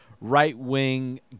right-wing